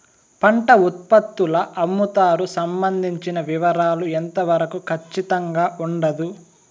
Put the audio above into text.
పంట ఉత్పత్తుల అమ్ముతారు సంబంధించిన వివరాలు ఎంత వరకు ఖచ్చితంగా ఉండదు?